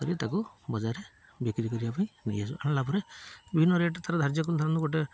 କରି ତାକୁ ବଜାରାରେ ବିକ୍ରି କରିବା ପାଇଁ ନେଇଆସୁ ଆଣିଲା ପରେରେ ବିଭିନ୍ନ ରେଟ୍ ତା'ର ଧାର୍ଯ୍ୟ କରି ଧରନ୍ତୁ ଗୋଟେ